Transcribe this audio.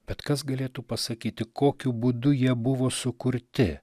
bet kas galėtų pasakyti kokiu būdu jie buvo sukurti